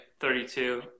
32